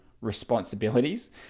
responsibilities